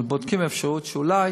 אבל בודקים אפשרות שאולי